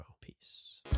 peace